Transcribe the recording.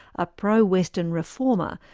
a pro-western reformer,